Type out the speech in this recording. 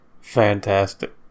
fantastic